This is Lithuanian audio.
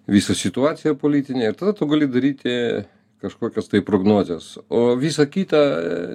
visą situaciją politinę ir tada tu gali daryti kažkokias prognozes o visa kita